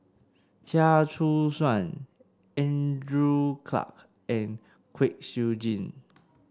Chia Choo Suan Andrew Clarke and Kwek Siew Jin